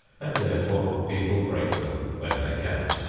and therefore people break them when they can.